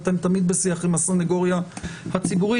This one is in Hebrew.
תמיד בשיח עם הסניגוריה הציבורית,